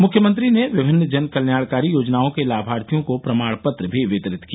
मुख्यमंत्री ने विभिन्न जनकल्याणकारी योजनाओं के लामार्थियों को प्रमाण पत्र भी वितरित किया